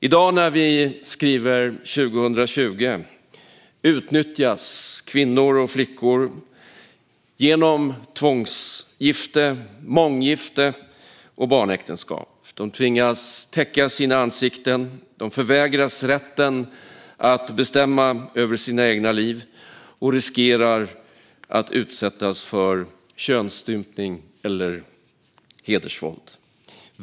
I dag när vi skriver 2020 utnyttjas kvinnor och flickor genom tvångsgifte, månggifte och barnäktenskap. De tvingas täcka sina ansikten, de förvägras rätten att bestämma över sitt eget liv och de riskerar att utsättas för könsstympning eller hedersvåld.